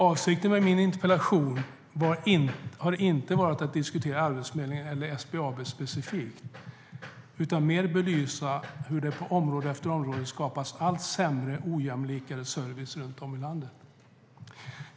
Avsikten med min interpellation har inte varit att diskutera Arbetsförmedlingen eller SBAB specifikt utan att mer belysa hur det på område efter område skapas allt sämre och ojämlikare service runt om i landet.